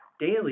daily